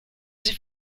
sie